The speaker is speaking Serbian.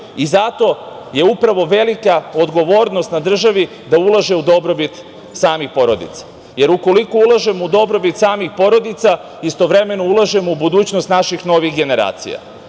i zato je upravo velika odgovornost na državi da ulaže u dobrobit samih porodica, jer ukoliko ulažemo u dobrobit samih porodica, istovremeno ulažemo u budućnost naših novih generacija. Zaista,